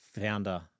founder